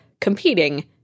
competing